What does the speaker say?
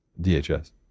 DHS